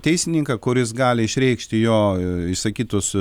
teisininką kuris gali išreikšti jo išsakytus